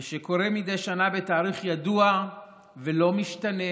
שקורה מדי שנה בתאריך ידוע ולא משתנה,